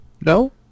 No